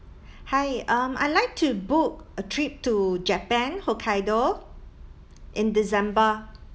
hi um I'd like to book a trip to japan hokkaido in december